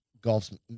golf's